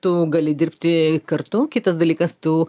tu gali dirbti kartu kitas dalykas tu